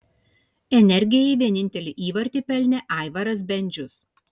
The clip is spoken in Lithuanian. energijai vienintelį įvartį pelnė aivaras bendžius